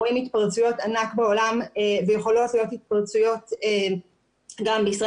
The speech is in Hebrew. רואים התפרצויות ענק בעולם ויכולות להיות התפרצויות גם בישראל,